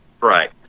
Right